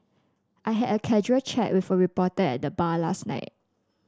I had a casual chat with a reporter at the bar last night